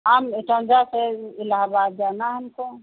इटौंजा से इलाहाबाद जाना है हमको